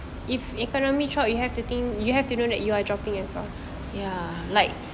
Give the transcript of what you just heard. ya like